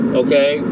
okay